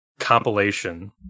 compilation